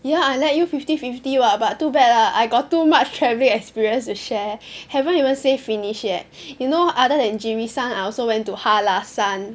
ya I let you fifty fifty [what] but too bad lah I got too much travelling experience to share haven't even say finish yet you know other than Jirisan I also went to Hallasan